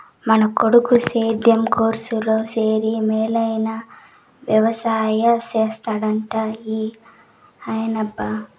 మన కొడుకు సేద్యం కోర్సులో చేరి మేలైన వెవసాయం చేస్తాడంట ఊ అనబ్బా